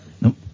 no